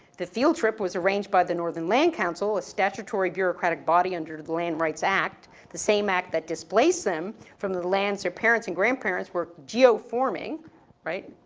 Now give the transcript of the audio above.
the field trip was arranged by the northern land council, a statutory bureaucratic body under the land rights act. the same act that displaced them from the lands their parents and grandparents were geo-forming right,